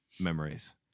memories